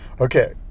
Okay